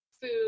food